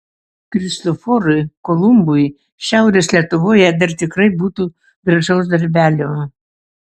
kristoforui kolumbui šiaurės lietuvoje dar tikrai būtų gražaus darbelio